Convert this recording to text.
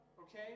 okay